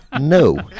No